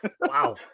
Wow